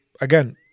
again